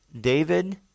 David